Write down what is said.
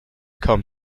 kaum